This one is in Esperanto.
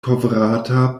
kovrata